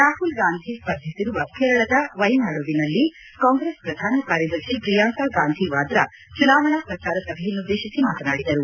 ರಾಹುಲ್ ಗಾಂಧಿ ಸ್ವರ್ಧಿಸಿರುವ ಕೇರಳದ ವಯನಾಡುವಿನಲ್ಲಿ ಕಾಂಗ್ರೆಸ್ ಪ್ರಧಾನ ಕಾರ್ಯದರ್ಶಿ ಪ್ರಿಯಾಂಕ ಗಾಂಧಿ ವಾದ್ರಾ ಚುನಾವಣಾ ಪ್ರಚಾರ ಸಭೆಯನ್ನುದ್ದೇಶಿಸಿ ಮಾತನಾಡಿದರು